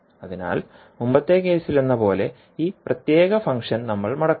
അതിനാൽ മുമ്പത്തെ കേസിലെന്നപോലെ ഈ പ്രത്യേക ഫംഗ്ഷൻ നമ്മൾ മടക്കുന്നു